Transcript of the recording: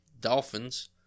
Dolphins